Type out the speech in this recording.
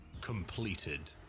completed